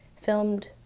filmed